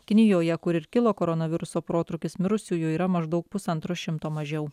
kinijoje kur ir kilo koronaviruso protrūkis mirusiųjų yra maždaug pusantro šimto mažiau